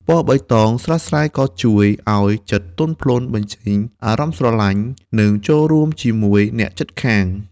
ពណ៌បៃតងស្រស់ស្រាយនេះក៏ជួយឲ្យចិត្តទន់ភ្លន់ បញ្ចេញអារម្មណ៍ស្រឡាញ់ និងចូលរួមជាមួយអ្នកជិតខាង។